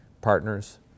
partners